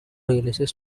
realizes